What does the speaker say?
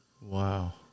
Wow